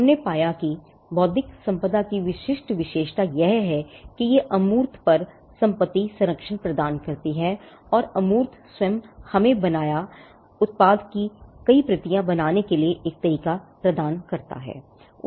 हमने पाया कि बौद्धिक संपदा की विशिष्ट विशेषता यह है कि यह अमूर्त स्वयं हमें बनाया उत्पाद की कई प्रतियां बनाने के लिए एक तरीका प्रदान करते हैं